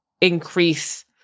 increase